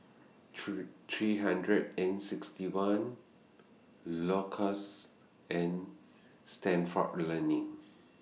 three three hundred and sixty one Loacker's and Stalford Learning